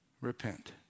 Repent